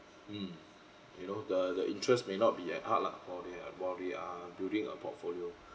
mm you know the the interests may not be at heart lah while they are while they are building a portfolio